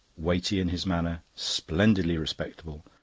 weighty in his manner, splendidly respectable,